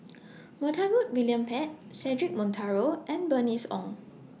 Montague William Pett Cedric Monteiro and Bernice Ong